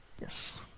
Yes